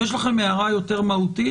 יש לכם מערה יותר מהותית?